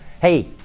Hey